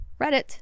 Reddit